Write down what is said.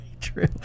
true